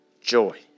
joy